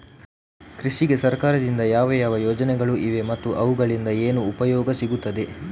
ಕೃಷಿಗೆ ಸರಕಾರದಿಂದ ಯಾವ ಯಾವ ಯೋಜನೆಗಳು ಇವೆ ಮತ್ತು ಅವುಗಳಿಂದ ಏನು ಉಪಯೋಗ ಸಿಗುತ್ತದೆ?